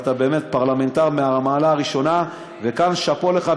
ואתה פרלמנטר מהמעלה הראשונה, וכאן שאפו לך.